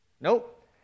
Nope